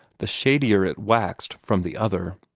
the shadier it waxed from the other.